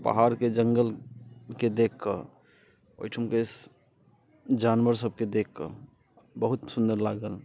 पहाड़के जङ्गल के देखि कऽ ओहिठुमके जानवर सभकेँ देखि कऽ बहुत सुन्दर लागल